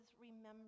remember